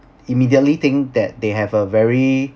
immediately think that they have a very